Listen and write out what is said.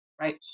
right